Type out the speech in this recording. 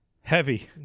heavy